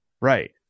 Right